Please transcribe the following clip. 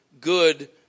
good